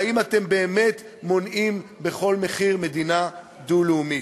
והאם אתם באמת מונעים בכל מחיר מדינה דו-לאומית.